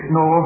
no